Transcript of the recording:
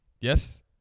Yes